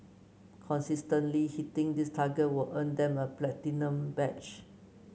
consistently hitting this target will earn them a platinum badge